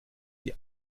die